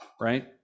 right